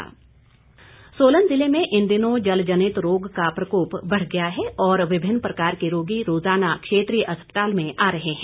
जलजनित रोग सोलन जिले में इन दिनों जलजनित रोग का प्रकोप बढ़ गया है और विभिन्न प्रकार के रोगी रोजाना अस्पताल में आ रहे हैं